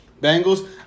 Bengals